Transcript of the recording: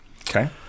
Okay